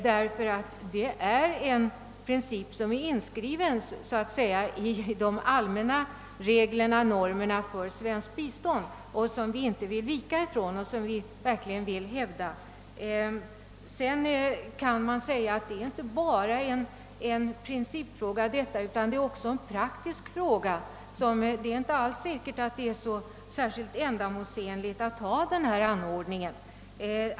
Detta gäller en princip, som så att säga, är inskriven i de allmänna reglerna och normerna för svenskt bistånd, och som vi inte vill vika från utan verkligen vill hävda. Men det är inte bara en principfråga utan även en praktisk fråga. Det är inte alls säkert att det är så särskilt ändamålsenligt att ha denna anordning.